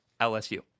LSU